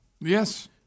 Yes